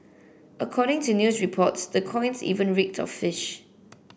according to news reports the coins even reeked of fish